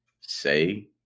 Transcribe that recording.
say